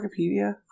Wikipedia